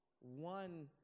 one